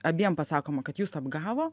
abiem pasakoma kad jus apgavo